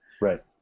Right